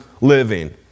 living